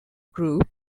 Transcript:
group